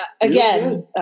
again